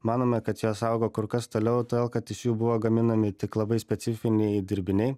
manome kad jos augo kur kas toliau todėl kad iš jų buvo gaminami tik labai specifiniai dirbiniai